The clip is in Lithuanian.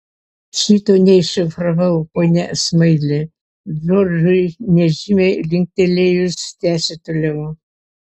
šito neiššifravau pone smaili džordžui nežymiai linktelėjus tęsė toliau